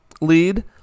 lead